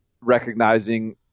recognizing